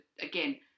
again